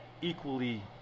equally